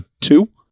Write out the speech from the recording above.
two